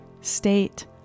state